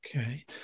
Okay